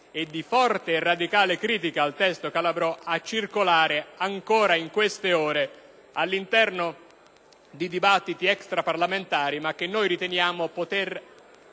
e di forte e radicale critica al testo Calabrò, ancora in queste ore, all'interno dei dibattiti extraparlamentari, ma noi riteniamo di